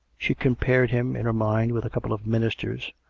she compared him in her mind with a couple of ministers,